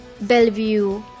Bellevue